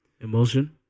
emulsion